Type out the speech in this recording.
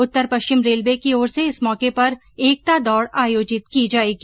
उत्तर पश्चिम रेलवे की ओर से इस मौके पर एकता दौड़ आयोजित की जाएगी